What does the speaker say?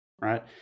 right